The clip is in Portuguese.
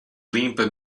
limpa